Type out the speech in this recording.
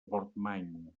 portmany